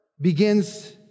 begins